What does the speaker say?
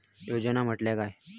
योजना म्हटल्या काय?